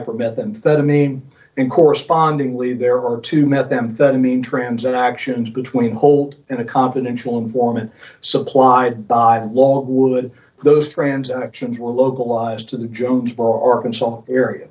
for methamphetamine in correspondingly there are two methamphetamine transactions between hold and a confidential informant supplied by law would those transactions will localized to the jonesboro arkansas area